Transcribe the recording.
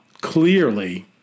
clearly